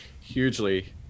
hugely